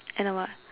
and a what